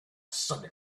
sudden